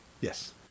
Yes